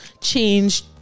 change